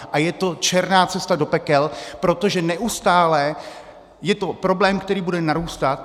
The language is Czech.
A je to černá cesta do pekel, protože neustále je to problém, který bude narůstat.